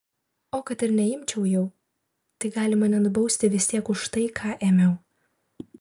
o kad ir neimčiau jau tai gali mane nubausti vis tiek už tai ką ėmiau